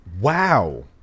wow